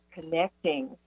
connecting